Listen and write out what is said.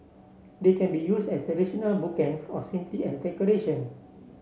they can be used as traditional bookends or simply as decoration